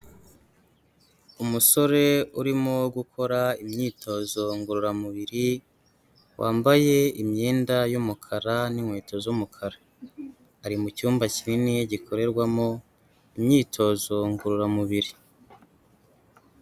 Umusore urimo gukora imyitozo ngororamubiri, wambaye imyenda y'umukara n'inkweto z'umukara. Ari mu cyumba kinini, gikorerwamo imyitozo ngororamubiri.